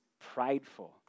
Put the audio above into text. prideful